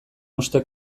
ustez